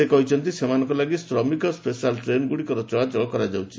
ସେ କହିଛନ୍ତି ସେମାନଙ୍କ ଲାଗି ଶ୍ରମିକ ସ୍କେଶାଲ୍ ଟ୍ରେନ୍ଗୁଡ଼ିକର ଚଳାଚଳ କରାଯାଉଛି